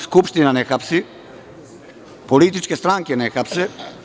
Skupština ne hapsi, političke stranke ne hapse.